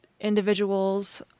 individuals